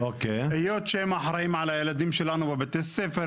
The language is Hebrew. היות שהם אחראים על הילדים שלנו בבתי הספר.